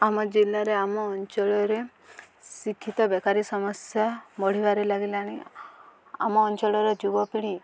ଆମ ଜିଲ୍ଲାରେ ଆମ ଅଞ୍ଚଳରେ ଶିକ୍ଷିତ ବେକାରୀ ସମସ୍ୟା ବଢ଼ିବାରେ ଲାଗିଲାଣି ଆମ ଅଞ୍ଚଳର ଯୁବପିଢ଼ି